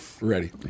Ready